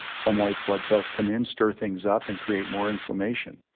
some white blood cells come in, stir things up and create more inflammation.